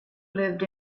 lived